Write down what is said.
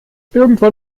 irgendwann